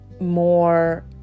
more